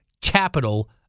capital